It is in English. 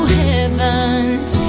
heaven's